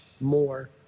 more